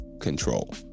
control